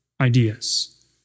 ideas